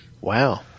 Wow